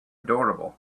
adorable